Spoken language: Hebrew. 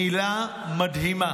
מילה מדהימה,